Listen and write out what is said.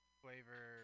flavor